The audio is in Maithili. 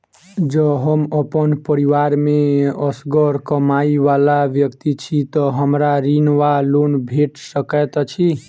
जँ हम अप्पन परिवार मे असगर कमाई वला व्यक्ति छी तऽ हमरा ऋण वा लोन भेट सकैत अछि?